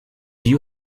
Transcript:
you